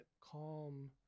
calm